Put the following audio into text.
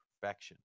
perfection